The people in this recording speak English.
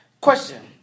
Question